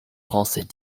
français